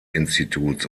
instituts